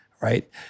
right